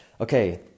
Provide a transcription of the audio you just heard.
okay